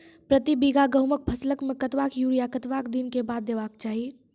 प्रति बीघा गेहूँमक फसल मे कतबा यूरिया कतवा दिनऽक बाद देवाक चाही?